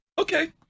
okay